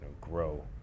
grow